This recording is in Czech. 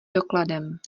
dokladem